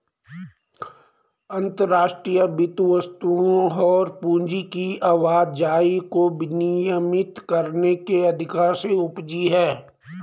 अंतर्राष्ट्रीय वित्त वस्तुओं और पूंजी की आवाजाही को विनियमित करने के अधिकार से उपजी हैं